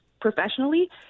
professionally